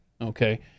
Okay